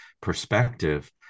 perspective